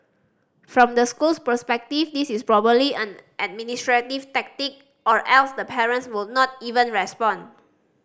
from the school's perspective this is probably an administrative tactic or else the parents would not even respond